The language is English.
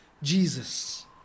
Jesus